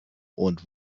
und